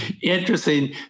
Interesting